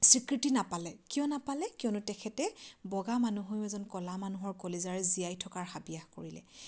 স্বীকৃতি নাপালে কিয় নাপালে কিয়নো তেখেতে বগা মানুহ হৈও এজন ক'লা মানুহৰ কলিজাৰে জীয়াই থকাৰ হাবিয়াস কৰিলে